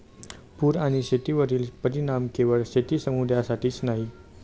पूर आणि शेतीवरील परिणाम केवळ शेती समुदायासाठीच नाही